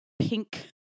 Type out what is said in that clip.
pink